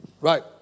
Right